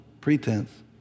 pretense